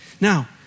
Now